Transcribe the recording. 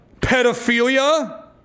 Pedophilia